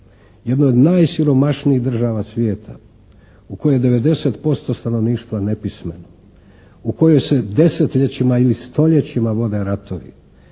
Jedna od najsiromašnijih država svijeta u kojoj je 90% stanovništva nepismeno. U kojoj se desetljećima ili stoljećima vode ratovi.